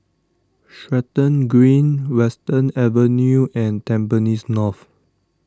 Stratton Green Western Avenue and Tampines North